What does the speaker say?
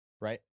Right